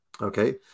Okay